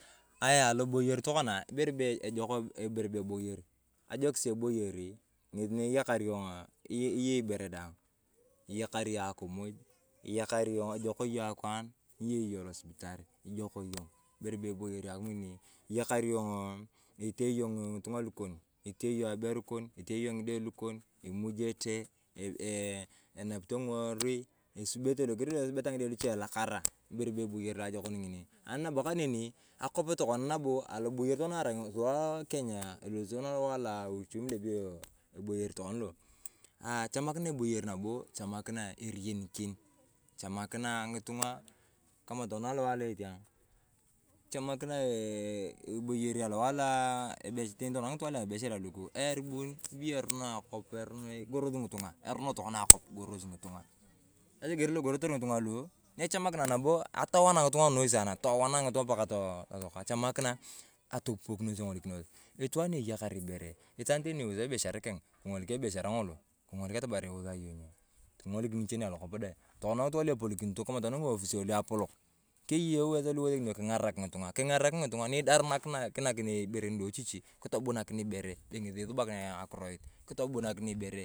Ng’aya aloboyor tokona, ibere bee ejok ibere bee eboyor. Ajokis eboyori ng’esi na eyakar ibere daang. Iyakor yong akimuj, iyakar yong ejok yong akwaan, nyiyei yong losibitar, ijok yong ibere bee eboyor yong’o itee yong ng’itung’a lukon, itee yong aberu kon, itee yong ng’ide lukon, imujetee, enapito ng’iorui, esubete loger lo esubeta ng’ide luche elakara. Ibere be eboyor lu ajokon ng’ini. Ani nabo kaneni, akop tokona alo auchimi lo ebay ikoni tokonn lo. Echamakina eboyor nabo echamakina eriyanikir, echamakina ng’itung’a kamaa tokona alowae alo eting’a echamakina eeh eboyor alowae alo eeh ebee kamaa tokona ng’itung’a lu ebershan luku eyaribun, ebeyo erono akop erono igorosi ng’itung’a, erono tokona akop igorosi ng’itung’a. Egeer lo igorotor ng’itung’a lo nyechamakina nabo atawan nabo ng’itung’a nabo noi sanaa towana ng’itung’a pakaa totokaa. Echamakina atopupokinos, itwaan ni eyakar ibere, itwaan tani ni eusaa ebeshar keng, king’olik ebeshar ng’olo atamar lusaa yong, king’olik niche ni alolkop deng, tokona ng’itung’a lu epolokinoto ng’iofisio luapolok, keyei eweso lo ing’arakina ng’itung’a, king’arak ng’itung’a. Nyidaar niinakini ibere ni nidiochichik, kitabunakin ibere ng’esi isubakina akiroit, kitabonakin iberee.